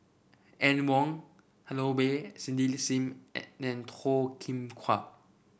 Anne Wong Holloway Cindy Sim and Toh Kim Hwa